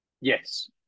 Yes